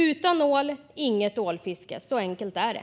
Utan ål, inget ålfiske. Så enkelt är det.